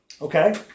Okay